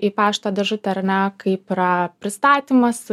į pašto dėžutę ar ne kaip yra pristatymas